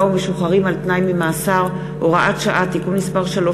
ומשוחררים על-תנאי ממאסר (הוראת שעה) (תיקון מס' 3),